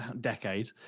decade